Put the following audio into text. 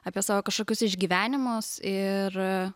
apie savo kažkokius išgyvenimus ir